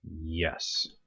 Yes